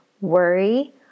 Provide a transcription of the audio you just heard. worry